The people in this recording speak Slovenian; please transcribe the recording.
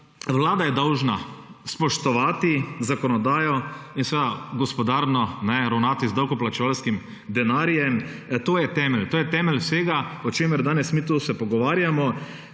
vlada je dolžna spoštovati zakonodajo in seveda gospodarno ravnati z davkoplačevalskim denarjem. To je temelj vsega o čemer mi danes se tu pogovarjamo.